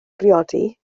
briodi